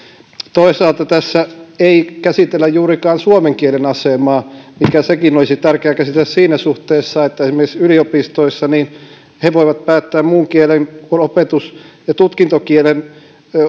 toisaalta tässä ei käsitellä juurikaan suomen kielen asemaa mikä sekin olisi tärkeä käsitellä siinä suhteessa että esimerkiksi yliopistoissa voidaan päättää muun kielen kuin opetus ja tutkintokielen